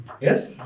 Yes